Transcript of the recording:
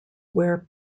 where